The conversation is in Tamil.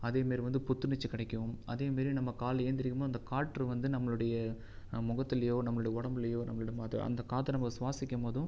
அதேமாரி வந்து புத்துணர்ச்சி கிடைக்கு அதேமாரி நம்ம காலையில எழுந்திரிக்கு போது அந்த காற்று வந்து நம்பளுடைய நம்ம முகத்துலையோ நம்பளுடைய உடம்புலையோ நம்ம இடமாது அந்த காற்ற நம்ம சுவாசிக்க போதும்